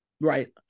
Right